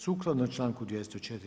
Sukladno članku 204.